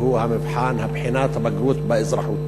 והוא בחינת הבגרות באזרחות,